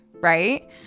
right